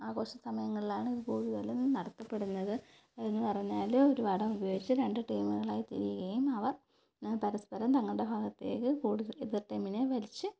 ആഘോഷസമയങ്ങളിലാണ് ഇത് കൂടുതലും നടത്തപ്പെടുന്നത് എന്നുപറഞ്ഞാൽ ഒരു വടം ഉപയോഗിച്ച് രണ്ട് ടീമുകളായി തിരിയുകയും അവർ പരസ്പരം തങ്ങളുടെ ഭാഗത്തേക്ക് കൂടുതൽ എതിർടീമിനെ വലിച്ച്